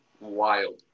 wild